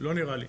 לא נראה לי.